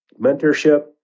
Mentorship